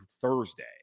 Thursday